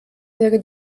wäre